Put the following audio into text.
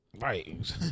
Right